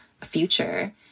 future